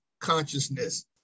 consciousness